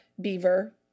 beaver